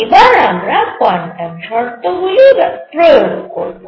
এবারে আমরা কোয়ান্টাম শর্তগুলি প্রয়োগ করব